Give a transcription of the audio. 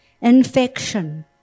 infection